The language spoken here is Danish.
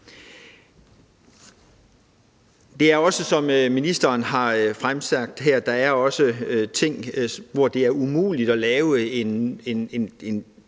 Der er også, som ministeren har sagt det her, områder, hvor det er umuligt at lave en